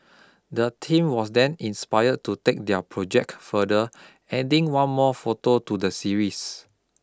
the team was then inspired to take their project further adding one more photo to the series